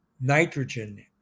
nitrogen